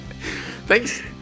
Thanks